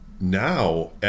now